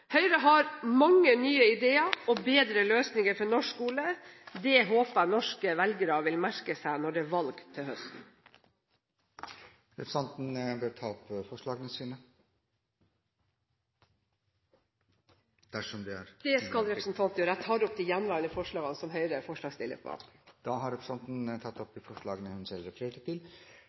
Høyre har mange nye ideer og bedre løsninger for norsk skole. Det håper jeg norske velgere vil merke seg når det er valg til høsten. Jeg tar opp de gjenværende forslagene der Høyre er medforslagsstiller. Representanten Elisabeth Aspaker har tatt opp de forslagene hun refererte til. Det åpnes for replikkordskifte. Representanten